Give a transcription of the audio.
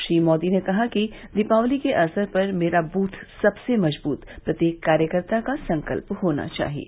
श्री मोदी ने कहा कि दीपावली के अवसर पर मेरा ब्रथ सबसे मजब्रत प्रत्येक कार्यकर्ता का संकल्प होना चाहिए